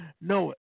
No